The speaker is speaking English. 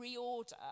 reorder